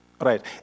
right